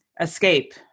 escape